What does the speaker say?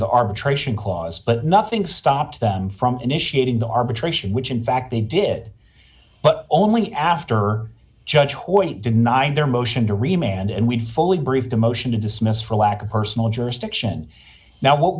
the arbitration clause but nothing stopped them from initiating the arbitration which in fact they did but only after judge hoyt deny their motion to remain and we fully briefed a motion to dismiss for lack of personal jurisdiction now what